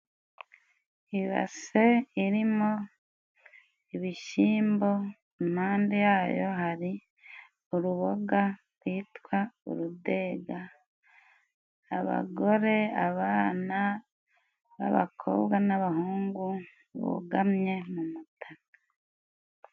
Ibase irimo ibishyimbo, impande yayo hari uruboga rwitwa urudega. Abagore, abana b'abakobwa n'abahungu bugamye mu mutaka.